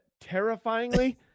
Terrifyingly